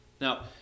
Now